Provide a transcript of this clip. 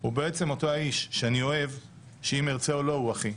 הוא בעצם אותו האיש שאני אוהב שאם ארצה או לא - הוא אחי.